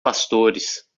pastores